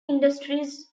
industries